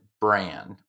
brand